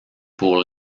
pour